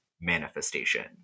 manifestation